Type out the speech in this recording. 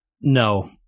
No